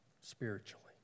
spiritually